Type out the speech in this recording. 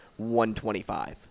125